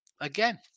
again